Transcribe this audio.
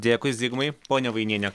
dėkui zigmui ponia vainiene